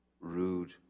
rude